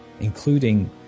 including